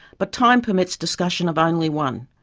but time permits discussion of only one,